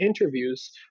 interviews